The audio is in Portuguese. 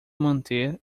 manter